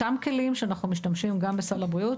אותם כלים שאנחנו משתמשים בהם גם בסל הבריאות